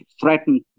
threatened